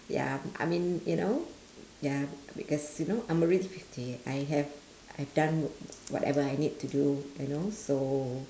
ya I mean you know ya because you know I'm already fifty I have I have done whatever I need to do you know so